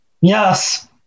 Yes